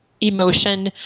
emotion